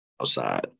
outside